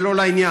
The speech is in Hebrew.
זה לא לעניין.